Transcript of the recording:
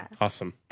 awesome